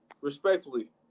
respectfully